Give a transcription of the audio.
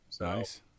Nice